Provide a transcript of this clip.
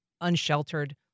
unsheltered